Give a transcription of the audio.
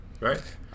Right